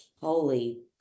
holy